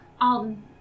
Alden